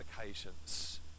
occasions